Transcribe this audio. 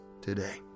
today